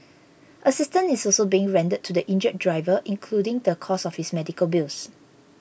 assistance is also being rendered to the injured driver including the cost of his medical bills